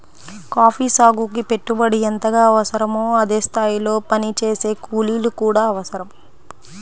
coffee సాగుకి పెట్టుబడి ఎంతగా అవసరమో అదే స్థాయిలో పనిచేసే కూలీలు కూడా అవసరం